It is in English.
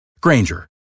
Granger